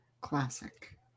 classic